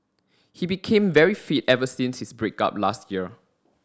he became very fit ever since his break up last year